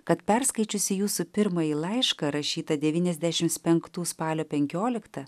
kad perskaičiusi jūsų pirmąjį laišką rašytą devyniasdešimts penktų spalio penkioliktą